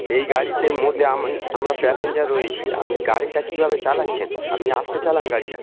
এই গাড়িতে মধ্যে আমি আমরা প্যাসেঞ্জার রয়েছি আপনি গাড়িটা কীভাবে চালাচ্ছেন আপনি আস্তে চালান গাড়িটা